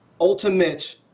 ultimate